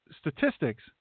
statistics